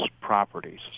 properties